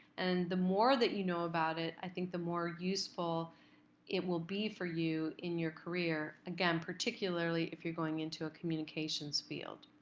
and the more that you know about it, i think the more useful it will be for you in your career. again, particularly if you're going into a communications field.